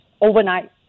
overnight